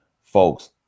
folks